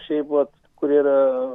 šiaip vat kur yra